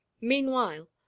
meanwhile